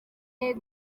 kandi